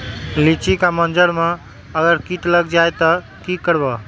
लिचि क मजर म अगर किट लग जाई त की करब?